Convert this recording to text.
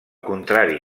contrari